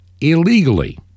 illegally